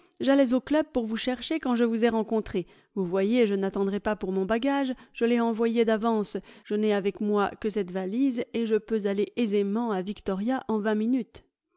j'allais au club pour vous chercher quand je vous ai rencontré vous voyez je n'attendrai pas pour mon bagage je l'ai envoyé d'avance je n'ai avec moi que cette valise et je peux aller aisément à victoria en vingt minutes